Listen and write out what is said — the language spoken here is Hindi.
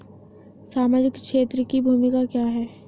सामाजिक क्षेत्र की भूमिका क्या है?